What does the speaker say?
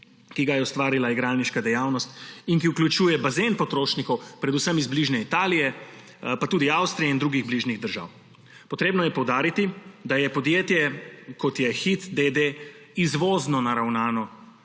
ki ga je ustvarila igralniška dejavnost in ki vključuje bazen potrošnikov predvsem iz bližnje Italije, pa tudi Avstrije in drugih bližnjih držav. Potrebno je poudariti, da je podjetje, kot je Hit, d. d., izvozno naravnano,